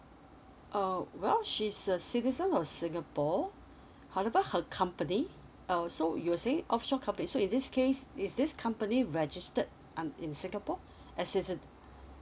uh well she's a citizen or singapore however her company uh so you're saying offshore company so in this case is this company registered un in singapore as is in